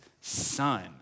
son